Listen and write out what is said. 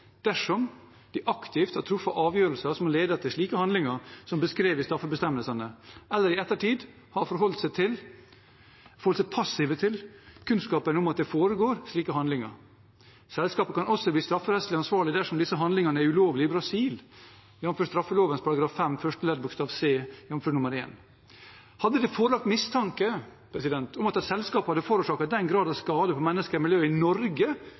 dersom de aktivt har truffet avgjørelser som har ledet til handlinger som er beskrevet i straffebestemmelsene, eller i ettertid å ha forholdt seg passive til kunnskapen om at det foregår slike handlinger. Selskapet kan også bli strafferettslig ansvarlig dersom disse handlingene er ulovlig i Brasil, jf. straffeloven § 5 første ledd c-1. Hadde det foreligget mistanke om at et selskap hadde forårsaket den grad av skade på mennesker og miljø i Norge